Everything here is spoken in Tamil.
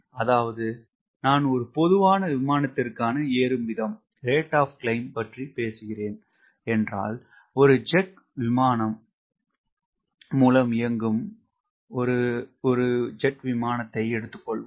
அதாவது நான் ஒரு பொதுவான விமானத்திற்கான ஏறும் வீதம் பற்றி பேசுகிறேன் என்றால் ஒரு ஜெட் மூலம் இயங்கும் விமானத்தை எடுத்துக்கொள்வோம்